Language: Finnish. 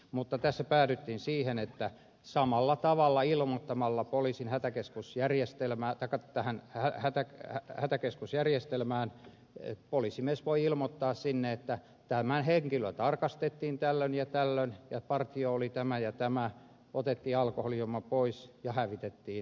mutta tässä päädyttiin siihen että samalla tavalla ilmoittamalla poliisin hätäkeskusjärjestelmä joka tähän hätään hätäkeskusjärjestelmään poliisimies voi ilmoittaa sinne että tämä henkilö tarkastettiin tällöin ja tällöin ja partio oli tämä ja tämä otettiin alkoholijuoma pois ja hävitettiin